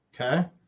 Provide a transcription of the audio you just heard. Okay